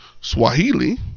Swahili